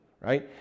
right